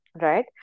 right